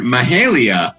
Mahalia